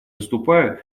выступаю